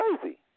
crazy